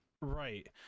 Right